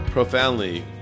Profoundly